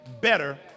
better